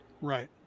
Right